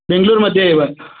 बेङ्गलूर् मध्ये एव